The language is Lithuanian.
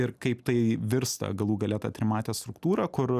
ir kaip tai virsta galų gale ta trimate struktūra kur